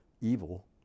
evil